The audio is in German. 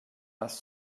das